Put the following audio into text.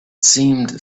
seemed